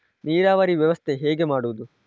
ನೀರಾವರಿ ವ್ಯವಸ್ಥೆ ಹೇಗೆ ಮಾಡುವುದು?